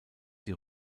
die